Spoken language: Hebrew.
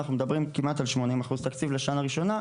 אנחנו מדברים כמעט על 80% תקציב לשנה ראשונה.